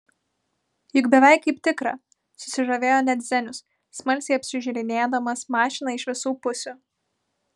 juk beveik kaip tikra susižavėjo net zenius smalsiai apžiūrinėdamas mašiną iš visų pusių